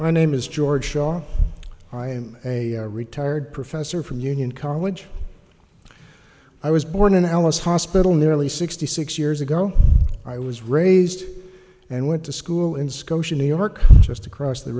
my name is george jr i am a retired professor from union college i was born in alice hospital nearly sixty six years ago i was raised and went to school in scotia new york just across the